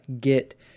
get